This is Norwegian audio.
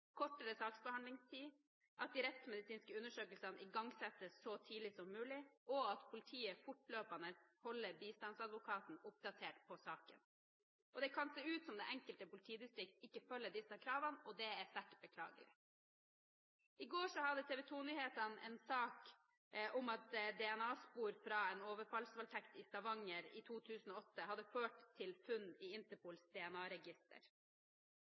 kortere saksbehandlingstid, at de rettsmedisinske undersøkelsene igangsettes så tidlig som mulig, og at politiet fortløpende holder bistandsadvokaten oppdatert i saken. Det kan se ut som om det enkelte politidistrikt ikke følger disse kravene. Det er sterkt beklagelig. I går hadde TV 2-nyhetene en sak om at DNA-spor fra en overfallsvoldtekt i Stavanger i 2008 hadde ført til funn i